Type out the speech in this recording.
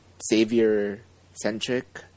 Savior-centric